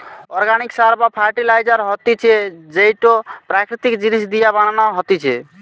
organic সার বা fertiliser হতিছে যেইটো প্রাকৃতিক জিনিস দিয়া বানানো হতিছে